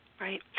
Right